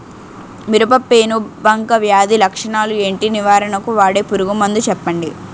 మిరప పెనుబంక వ్యాధి లక్షణాలు ఏంటి? నివారణకు వాడే పురుగు మందు చెప్పండీ?